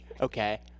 okay